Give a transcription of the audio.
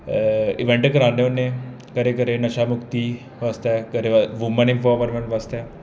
event कराने होन्ने घरें घरें नशा मुक्ति आस्तै वूमैन इमपावरमैंट आस्तै